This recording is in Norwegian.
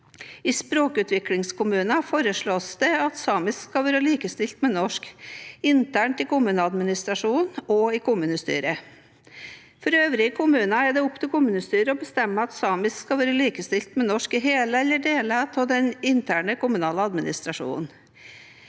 I språkutviklingskommuner foreslås det at samisk skal være likestilt med norsk internt i kommuneadministrasjonen og i kommunestyret. For øvrige kommuner er det opp til kommunestyret å bestemme at samisk skal være likestilt med norsk i hele eller deler av den interne kommunale administrasjonen.